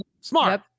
Smart